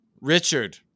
Richard